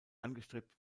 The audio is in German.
angestrebt